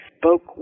spoke